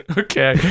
okay